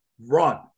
run